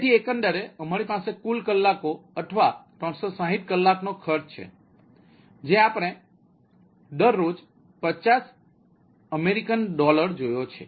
તેથી એકંદરે અમારી પાસે કુલ કલાકો અથવા 360 કલાકનો ખર્ચ છે જે આપણે દરરોજ 50 અમેરિકન ડોલર જોયા છે